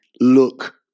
look